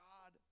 God